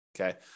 Okay